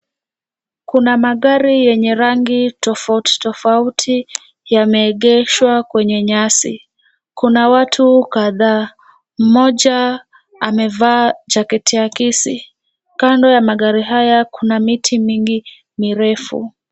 Kuna magari yenye rangi tofauti tofauti yameegeshwa kwenye nyasi. Kuna watu kadhaa, mmoja amevaa jacket ya Kisii. Kando ya magari haya kuna miti mingi mirefu.